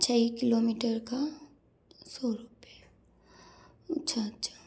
छः किलोमीटर का सौ रुपये अच्छा अच्छा